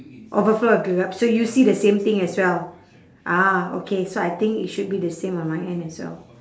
overflow with build-up so you see the same thing as well ah okay so I think it should be the same on my end as well